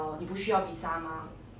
oh oh ya